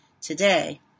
today